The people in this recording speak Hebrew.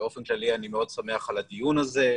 ובאופן כללי אני מאוד שמח על הדיון הזה.